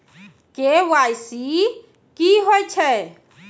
KYC की होय छै?